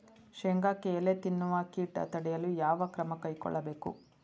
ಶೇಂಗಾಕ್ಕೆ ಎಲೆ ತಿನ್ನುವ ಕೇಟ ತಡೆಯಲು ಯಾವ ಕ್ರಮ ಕೈಗೊಳ್ಳಬೇಕು?